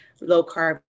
low-carb